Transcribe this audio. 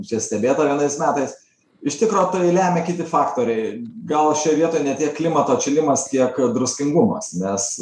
čia stebėta vienais metais iš tikro tai lemia kiti faktoriai gal šioj vietoj ne tiek klimato atšilimas kiek druskingumas nes